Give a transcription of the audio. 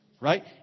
Right